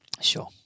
sure